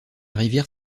rivière